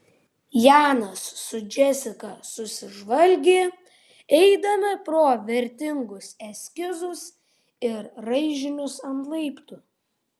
janas su džesika susižvalgė eidami pro vertingus eskizus ir raižinius ant laiptų